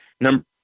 number